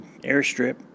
airstrip